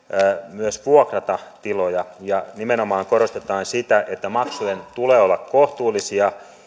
myös vuokrata tiloja ja nimenomaan korostetaan sitä että maksujen tulee olla kohtuullisia